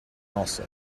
also